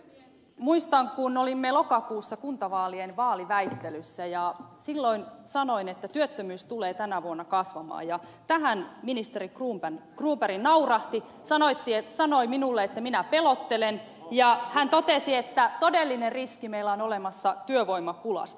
muistan kun olimme lokakuussa kuntavaalien vaaliväittelyssä ja silloin sanoin että työttömyys tulee tänä vuonna kasvamaan ja tähän ministeri cronberg naurahti sanoi minulle että minä pelottelen ja hän totesi että todellinen riski meillä on olemassa työvoimapulasta